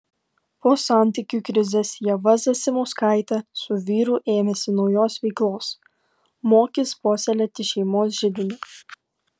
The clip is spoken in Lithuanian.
po santykių krizės ieva zasimauskaitė su vyru ėmėsi naujos veiklos mokys puoselėti šeimos židinį